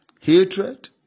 hatred